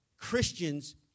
Christians